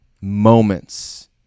moments